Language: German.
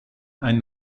ein